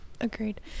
agreed